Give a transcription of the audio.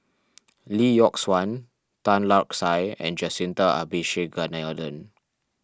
Lee Yock Suan Tan Lark Sye and Jacintha Abisheganaden